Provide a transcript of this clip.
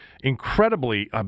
incredibly –